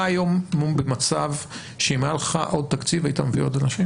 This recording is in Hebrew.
היום במצב שאם היה לך עוד תקציב היית מביא עוד אנשים?